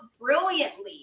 brilliantly